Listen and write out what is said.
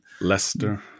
Leicester